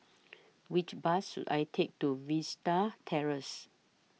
Which Bus should I Take to Vista Terrace